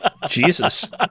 Jesus